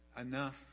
enough